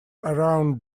around